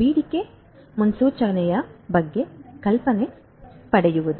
ಬೇಡಿಕೆ ಮುನ್ಸೂಚನೆಯ ಬಗ್ಗೆ ಕಲ್ಪನೆ ಪಡೆಯುವುದು